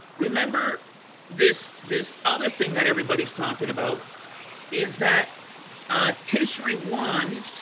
remember this this other thing that everybody's talking about is that ah tishri one?